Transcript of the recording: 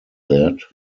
that